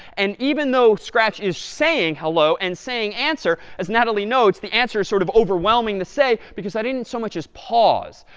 and even though scratch is saying hello and saying answer, as natalie notes, the answer is sort of overwhelming to say, because i didn't so much as pause.